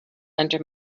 under